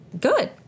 good